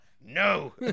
No